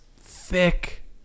thick